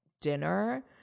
dinner